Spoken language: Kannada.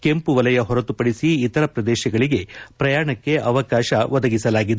ಕೆಂಪು ವಲಯ ಹೊರತುಪಡಿಸಿ ಇತರ ಪ್ರದೇಶಗಳಿಗೆ ಪ್ರಯಾಣಕ್ಕೆ ಅವಕಾಶ ಕಲ್ಪಿಸಲಾಗಿದೆ